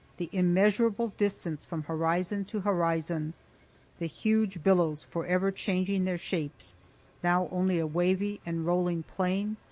the immeasurable distance from horizon to horizon the huge billows forever changing their shapes now only a wavy and rolling plain,